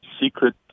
secret